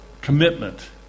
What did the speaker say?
commitment